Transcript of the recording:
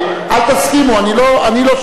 אלא בשלילה הגורפת של הזכויות מאזרחי